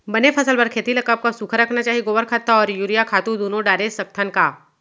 बने फसल बर खेती ल कब कब सूखा रखना चाही, गोबर खत्ता और यूरिया खातू दूनो डारे सकथन का?